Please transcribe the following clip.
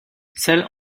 celle